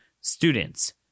students